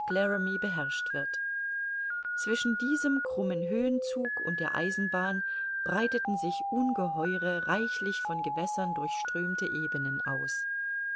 beherrscht wird zwischen diesem krummen höhenzug und der eisenbahn breiteten sich ungeheure reichlich von gewässern durchströmte ebenen aus